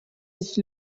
sich